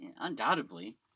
undoubtedly